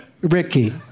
Ricky